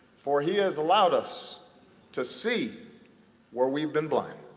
for he has allowed us to see where we've been blind.